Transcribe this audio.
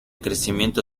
crecimiento